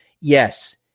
yes